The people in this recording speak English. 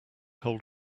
hold